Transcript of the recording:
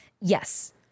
Yes